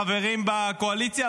חברים בקואליציה,